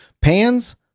pans